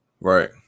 Right